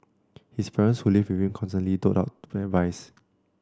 his parents who live with him constantly doled out advice